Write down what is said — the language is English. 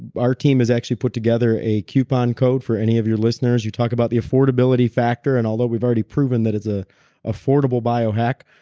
our team has actually put together a coupon code for any of your listeners. you talk about the affordability factor and although we've already proven that it's ah affordable biohack,